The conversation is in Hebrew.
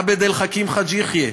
עבד אל חכים חאג' יחיא,